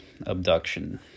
abduction